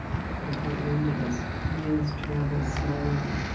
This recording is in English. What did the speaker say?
they caught wind of us news travels slowly,